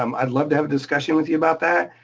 um i'd love to have a discussion with you about that.